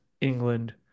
England